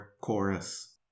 chorus